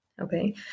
Okay